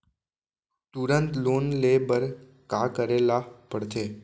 तुरंत लोन ले बर का करे ला पढ़थे?